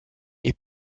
est